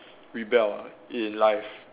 rebel ah in life